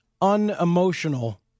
unemotional